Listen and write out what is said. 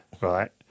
right